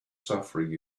suffering